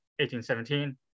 1817